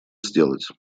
сделать